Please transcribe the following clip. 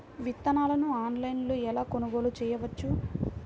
విత్తనాలను ఆన్లైనులో ఎలా కొనుగోలు చేయవచ్చు?